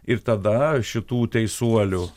ir tada šitų teisuolių